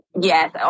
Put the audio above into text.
Yes